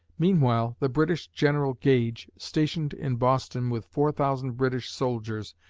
meanwhile, the british general gage, stationed in boston with four thousand british soldiers,